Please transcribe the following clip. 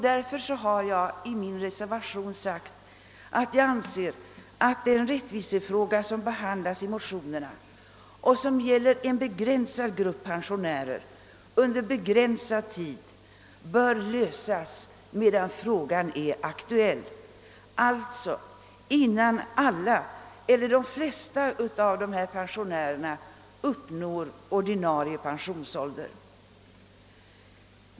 Därför har jag i min reservation sagt att den rättvisefråga, som behandlas i motionerna och som gäller en begränsad grupp pensionärer under begränsad tid, bör lösas medan frågan är aktuell, alltså innan alla eller de flesta av dessa pensionärer uppnår ordinarie pensionsålder.